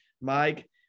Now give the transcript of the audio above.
Mike